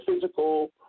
physical